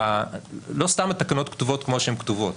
לא סתם התקנות כתובות כמו שהן כתובות,